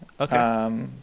Okay